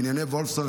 בנייני וולפסון,